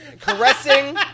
caressing